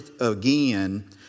again